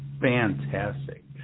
fantastic